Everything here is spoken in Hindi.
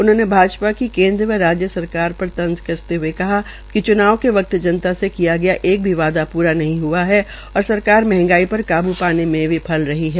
उन्होंने भाजपा की केन्द्र व राज्य सरकार पर तंज कसते हये कहा कि च्नाव के वक्त जनता से किया गया एक भी वादा प्रा नहीं हआ है और सरकार मंहगाई पर काबू पाने में विफल रही है